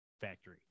factory